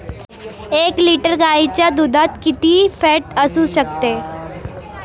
एक लिटर गाईच्या दुधात किती फॅट असू शकते?